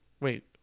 wait